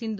சிந்து